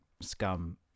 scum